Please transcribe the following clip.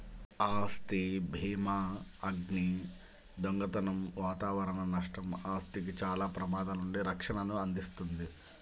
ఆస్తి భీమాఅగ్ని, దొంగతనం వాతావరణ నష్టం, ఆస్తికి చాలా ప్రమాదాల నుండి రక్షణను అందిస్తుంది